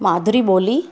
मादिरी ॿोली